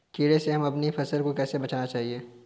कीड़े से हमें अपनी फसल को कैसे बचाना चाहिए?